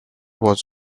was